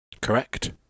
Correct